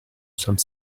some